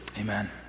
Amen